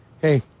Hey